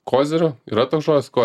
koziriu yra toks žodis